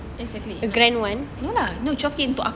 no lah twelve K untuk aku